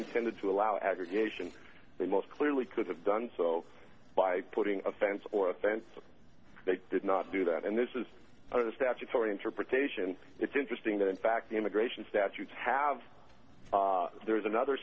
intended to allow aggregation that most clearly could have done so by putting a fence or a fence they did not do that and this is a statutory interpretation it's interesting that in fact the immigration statutes have there is another